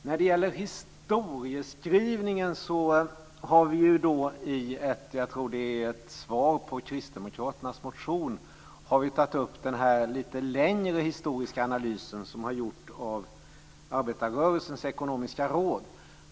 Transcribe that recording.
När det gäller historieskrivningen har vi, jag tror det är i ett svar på kristdemokraternas motion, tagit upp den lite längre historiska analys som gjorts av Arbetarrörelsens Ekonomiska Råd.